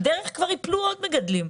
בדרך כבר ייפלו עוד מגדלים.